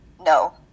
No